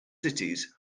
cities